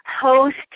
host